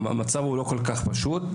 המצב לא כל כך פשוט,